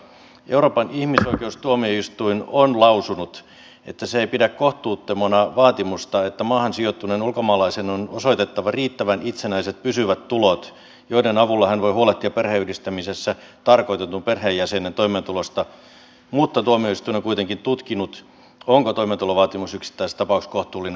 euroopan ihmisoikeustuomioistuin on lausunut että se ei pidä kohtuuttomana vaatimusta että maahan sijoittuneen ulkomaalaisen on osoitettava riittävän itsenäiset pysyvät tulot joiden avulla hän voi huolehtia perheenyhdistämisessä tarkoitetun perheenjäsenen toimeentulosta mutta tuomioistuin on kuitenkin tutkinut onko toimeentulovaatimus yksittäistapauksissa kohtuullinen